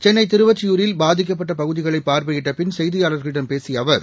சென்னைதிருவொற்றியூரில் பாதிக்கப்பட்டபகுதிகளைபார்வையிட்டபின் செய்தியாளர்களிடம் பேசியஅவர்